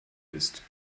ist